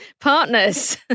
partners